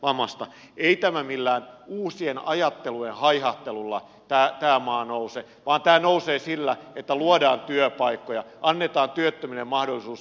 ei tämä maa millään uusien ajatusten haihattelulla nouse vaan tämä nousee sillä että luodaan työpaikkoja annetaan työttömille mahdollisuus tehdä töitä